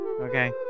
Okay